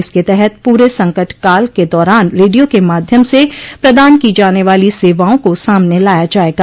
इसके तहत पूरे संकट काल के दौरान रेडियो के माध्यम से प्रदान की जाने वाली सेवाओं को सामने लाया जाएगा